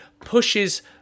pushes